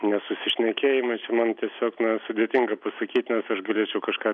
nesusišnekėjimai čia man tiesiog na sudėtinga pasakyt nes aš galėčiau kažką